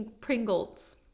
Pringles